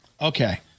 okay